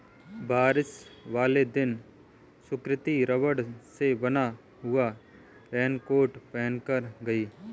बारिश वाले दिन सुकृति रबड़ से बना हुआ रेनकोट पहनकर गई